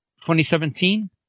2017